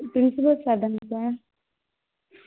principal சார்ட